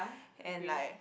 and like